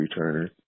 returner